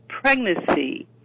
pregnancy